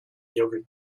yogurt